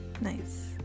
nice